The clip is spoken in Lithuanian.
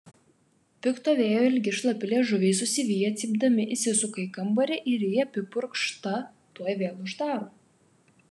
pikto vėjo ilgi šlapi liežuviai susiviję cypdami įsisuka į kambarį ir ji apipurkšta tuoj vėl uždaro